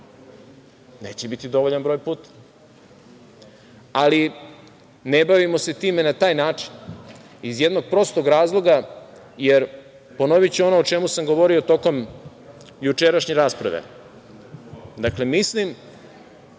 Neće biti dovoljan broj puta. Ali, ne bavimo se time na taj način iz jednog prostog razloga, jer, ponoviću ono o čemu sam govorio tokom jučerašnje rasprave. Dakle, mislim